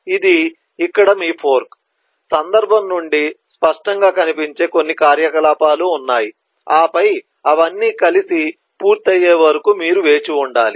ఇది ఇక్కడ మీ ఫోర్క్ సందర్భం నుండి స్పష్టంగా కనిపించే కొన్ని కార్యకలాపాలు ఉన్నాయి ఆపై అవన్నీ కలిసి పూర్తి అయ్యే వరకు మీరు వేచి ఉండాలి